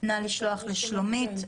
נא לשלוח לשלומית,